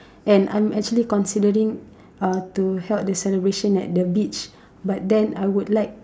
and I'm actually considering uh to held the celebration at the beach but then I would like